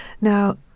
Now